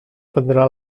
prendrà